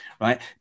Right